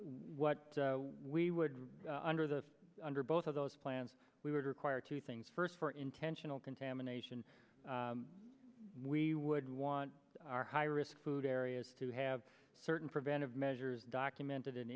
what we would under the under both of those plans we would require two things first for intentional contamination we would want our high risk food areas to have certain preventive measures documented in